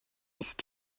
ist